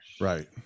Right